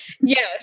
Yes